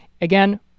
Again